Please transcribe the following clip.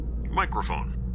microphone